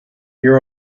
here